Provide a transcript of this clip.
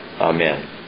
Amen